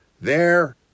There